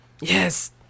Yes